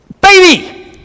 baby